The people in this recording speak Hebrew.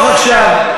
אני לא בטוח עכשיו.